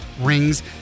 rings